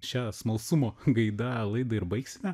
šią smalsumo gaida laidą ir baigsime